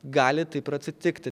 gali taip ir atsitikti